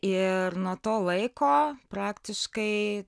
ir nuo to laiko praktiškai